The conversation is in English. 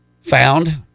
found